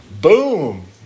Boom